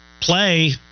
play